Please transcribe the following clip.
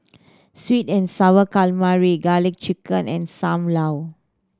sweet and Sour Calamari Garlic Chicken and Sam Lau